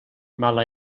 mala